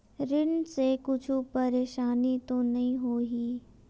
ऋण से कुछु परेशानी तो नहीं होही?